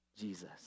Jesus